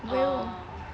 uh